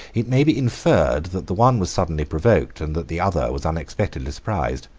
it may be inferred that the one was suddenly provoked, and that the other was unexpectedly surprised.